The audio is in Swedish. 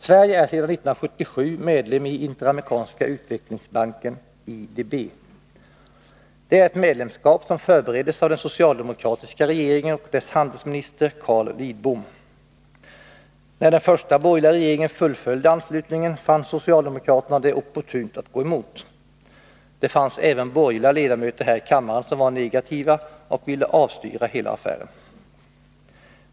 Sverige är sedan 1977 medlem i Interamerikanska utvecklingsbanken, IDB. Det är ett medlemskap som förbereddes av den socialdemokratiska regeringen och dess handelsminister Carl Lidbom. När den första borgerliga regeringen fullföljde anslutningen, fann socialdemokraterna det opportunt att gå emot. Det fanns även borgerliga ledamöter här i kammaren som var negativa och ville avstyra hela affären.